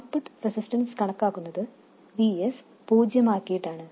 output resistance കണക്കാക്കുന്നത് Vs പൂജ്യമാക്കിയിട്ടാണ്